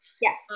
Yes